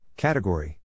Category